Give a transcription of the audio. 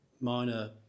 minor